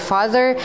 Father